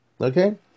okay